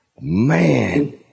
Man